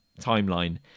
timeline